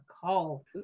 call